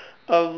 um